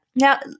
Now